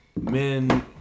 men